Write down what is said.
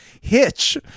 hitch